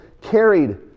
carried